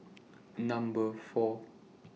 Number four